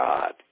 God